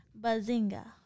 Bazinga